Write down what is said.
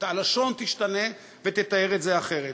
הלשון תשתנה ותתאר את זה אחרת.